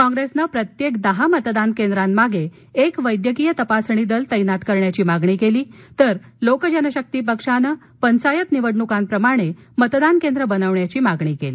कॉंग्रेसनं प्रत्येक दहा मतदान केंद्रांमाग एक वैदयकीय तपासणी दल तैनात करण्याची मागणी केली तर लोक जनशक्ती पक्षानं पंचायत निवडणुकांप्रमाणे मतदान केंद्र बनविण्याची मागणी केली